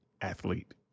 athlete